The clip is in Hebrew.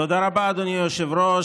תודה רבה, אדוני היושב-ראש.